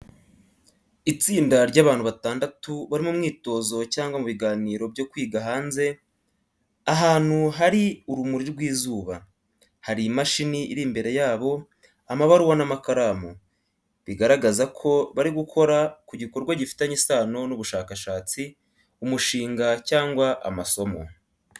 Itsinda ry’abantu batandatu bari mu mwitozo cyangwa mu biganiro byo kwiga hanze, ahantu hari urumuri rw'izuba. Hari imashini iri imbere yabo, amabaruwa n’amakaramu, bigaragaza ko bari gukora ku gikorwa gifitanye isano n’ubushakashatsi, umushinga cyangwa amasomo.